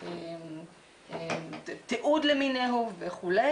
של תיעוד למינהו וכו',